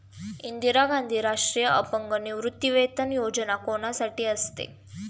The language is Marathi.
इंदिरा गांधी राष्ट्रीय अपंग निवृत्तीवेतन योजना कोणासाठी असते?